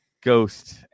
Ghost